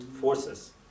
forces